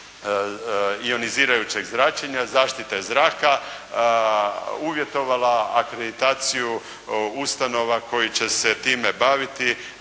ionizirajućeg zračenja zaštite zraka, uvjetovala akreditaciju ustanova koje će se time baviti,